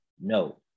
no